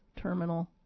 terminal